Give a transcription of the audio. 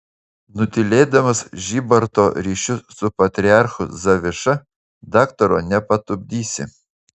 nutylėdamas žybarto ryšius su patriarchu zaviša daktaro nepatupdysi